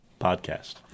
podcast